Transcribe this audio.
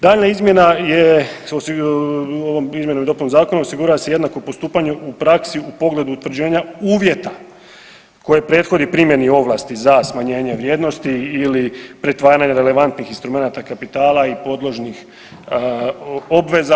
Daljnja izmjena je ovom izmjenom i dopunom zakona osigura se jednako postupanja u praksi u pogledu utvrđenja uvjeta koje prethodi primjeni ovlasti za smanjenje vrijednosti ili pretvaranja relevantnih instrumenata kapitala i podložnih obveza.